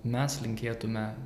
mes linkėtume